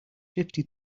fifty